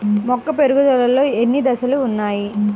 మొక్క పెరుగుదలలో ఎన్ని దశలు వున్నాయి?